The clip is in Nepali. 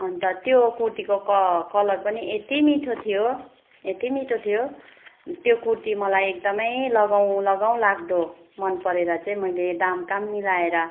अन्त त्यो कुर्तीको क कलर पनि यति मिठो थियो यति मिठो थियो त्यो कुर्ती मलाई एकदम लगाऊँ लगाऊँ लाग्दो मन परेर चाहिँ मैले दाम काम मिलाएर